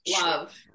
Love